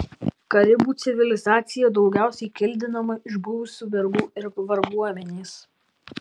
karibų civilizacija daugiausiai kildinama iš buvusių vergų ir varguomenės